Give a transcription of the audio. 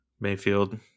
Mayfield